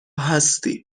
هستی